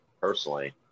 personally